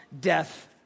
death